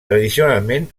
tradicionalment